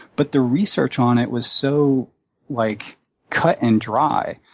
but the research on it was so like cut and dry.